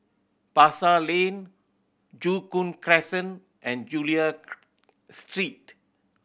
Pasar Lane Joo Koon Crescent and Chulia Street